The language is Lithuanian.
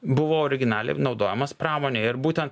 buvo originaliai naudojamas pramonėj ir būtent